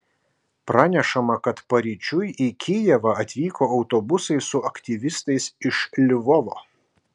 pranešama kad paryčiui į kijevą atvyko autobusai su aktyvistais iš lvovo